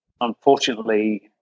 unfortunately